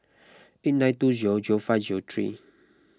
eight nine two zero zero five zero three